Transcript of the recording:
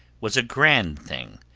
was a grand thing,